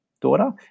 daughter